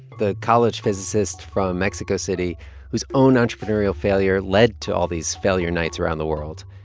the college physicist from mexico city whose own entrepreneurial failure led to all these failure nights around the world,